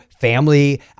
family